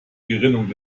gerinnung